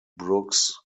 brooks